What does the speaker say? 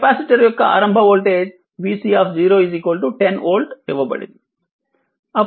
capacitor యొక్క ఆరంభ voltage vC 10 volt ఇవ్వబడింది